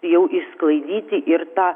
jau išsklaidyti ir tą